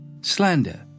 slander